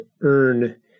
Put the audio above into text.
earn